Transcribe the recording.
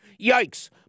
Yikes